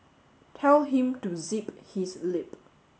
tell him to zip his lip